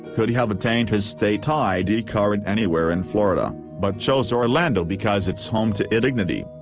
could have obtained his state id card anywhere in florida, but chose orlando because it's home to idignity.